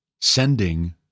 sending